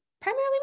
primarily